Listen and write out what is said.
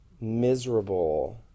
miserable